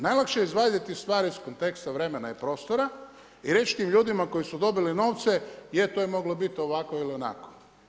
Najlakše je izvaditi stvari iz konteksta vremena i prostora i reći tim ljudima koji su dobili novce, je, to je moglo biti ovako ili onako.